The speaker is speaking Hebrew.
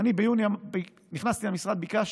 ביוני נכנסתי למשרד וביקשתי,